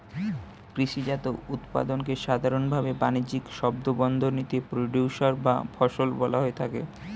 কৃষিজাত উৎপাদনকে সাধারনভাবে বানিজ্যিক শব্দবন্ধনীতে প্রোডিউসর বা ফসল বলা হয়ে থাকে